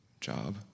job